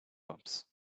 bumps